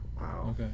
Wow